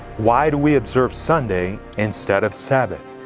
why do we observe sunday instead of sabbath?